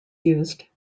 used